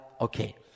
okay